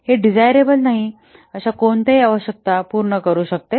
हे डिझाईरेबल नाही अशा कोणत्याही आवश्यकता पूर्ण करू शकते